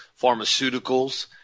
pharmaceuticals